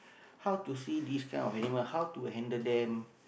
how to see this kind of animal how to handle them